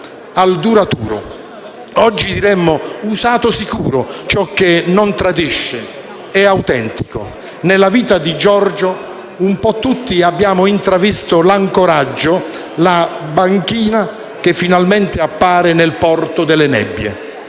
al duraturo. Oggi parleremmo di usato sicuro, di ciò che non tradisce, che è autentico. Nella vita di Giorgio tutti abbiamo intravisto l'ancoraggio, la banchina che finalmente appare nel porto delle nebbie.